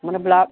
ମୋର ବ୍ଲଡ଼୍